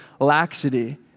laxity